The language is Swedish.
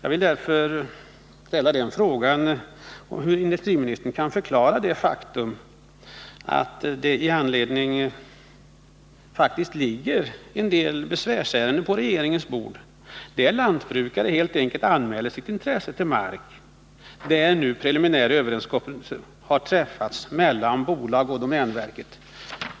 Jag vill därför fråga hur industriministern då kan förklara anledningen till de besvärsärenden som ligger på regeringens bord, där lantbrukare anmäler sig som intressenter till mark för vilken preliminär överenskommelse träffats mellan bolag och domänverket,